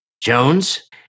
Jones